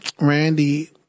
Randy